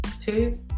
two